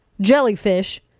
jellyfish